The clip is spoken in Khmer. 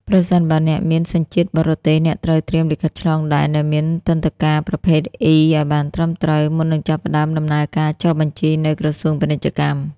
ប្រសិនបើអ្នកមានសញ្ជាតិបរទេស អ្នកត្រូវត្រៀមលិខិតឆ្លងដែនដែលមានទិដ្ឋាការប្រភេទ E ឱ្យបានត្រឹមត្រូវ មុននឹងចាប់ផ្ដើមដំណើរការចុះបញ្ជីនៅ ក្រសួងពាណិជ្ជកម្ម។